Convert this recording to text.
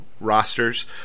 rosters